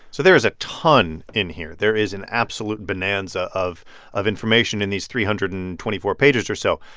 so there is a ton in here. there is an absolute bonanza of of information in these three hundred and twenty four pages or so.